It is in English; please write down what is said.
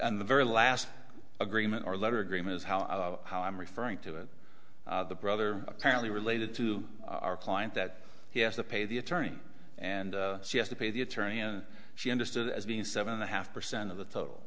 at the very last agreement or letter agreement is how how i'm referring to it the brother apparently related to our client that he has to pay the attorney and she has to pay the attorney and she understood as being seven and a half percent of the total